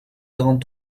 quarante